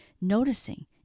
noticing